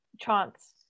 chance